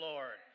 Lord